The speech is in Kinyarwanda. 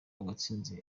uwatsinze